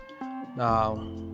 Now